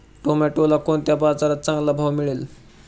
टोमॅटोला कोणत्या बाजारात चांगला भाव मिळेल?